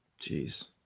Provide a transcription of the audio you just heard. Jeez